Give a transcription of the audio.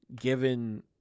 given